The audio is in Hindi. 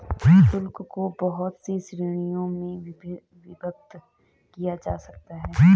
शुल्क को बहुत सी श्रीणियों में विभक्त किया जा सकता है